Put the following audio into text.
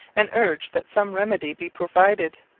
and urged that some remedy be provided.